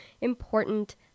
important